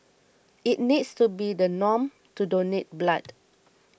it needs to be the norm to donate blood